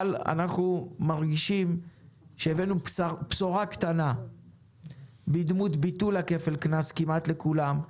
אבל אנחנו מרגישים שהבאנו בשורה קטנה בדמות ביטול כפל הקנס כמעט לכולם,